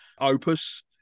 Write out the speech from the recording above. opus